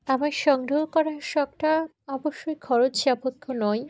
আমার সংগ্রহ করার শখটা অবশ্যই খরচ সাপেক্ষ নয়